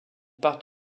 partent